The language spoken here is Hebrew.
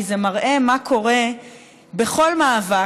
כי זה מראה מה קורה בכל מאבק,